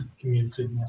community